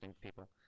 people